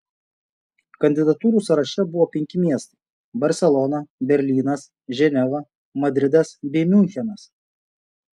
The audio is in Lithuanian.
kandidatūrų sąraše buvo penki miestai barselona berlynas ženeva madridas bei miunchenas